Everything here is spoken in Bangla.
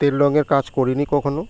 তেল রঙয়ের কাজ করি নি কখনও